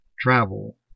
travel